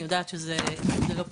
אני יודעת שזה לא פשוט.